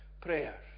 prayer